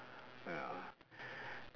ya